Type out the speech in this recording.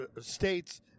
states